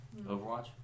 Overwatch